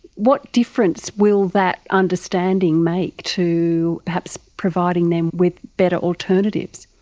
what difference will that understanding make to perhaps providing them with better alternatives?